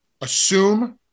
assume